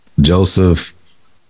Joseph